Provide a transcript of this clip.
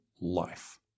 life